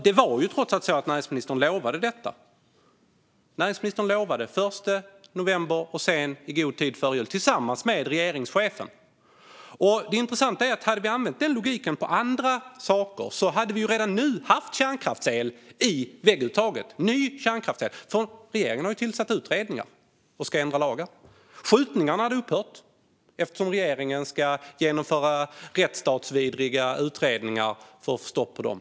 Det var ju trots allt så att näringsministern lovade detta - den 1 november, och sedan i god tid före jul - tillsammans med regeringschefen. Hade vi använt den här logiken på andra saker hade vi redan nu haft ny kärnkraftsel i vägguttagen - regeringen har ju tillsatt utredningar och ska ändra lagar. Skjutningarna hade upphört - regeringen ska ju genomföra rättsstatsvidriga utredningar för att få stopp på dem.